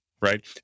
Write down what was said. right